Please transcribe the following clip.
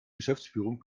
geschäftsführung